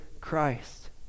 Christ